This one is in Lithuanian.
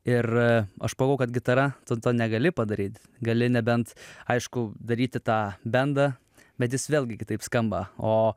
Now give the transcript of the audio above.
ir aš pagalvojau kad gitara tu to negali padaryt gali nebent aišku daryti tą bendą bet jis vėlgi kitaip skamba o